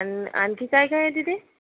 आणि आणखी काय काय आहे तिथे